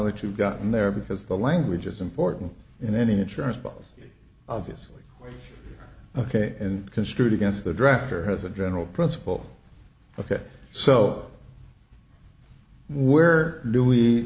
that you've gotten there because the language is important and then insurance but obviously ok and construed against the drafter as a general principle ok so where do we